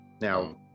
Now